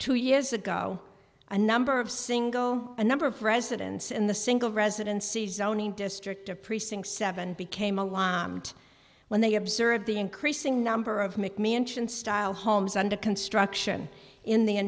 two years ago a number of single a number of residents in the single residency zoning district of precinct seven became alive when they observed the increasing number of mcmansion style homes under construction in the